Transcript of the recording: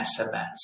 sms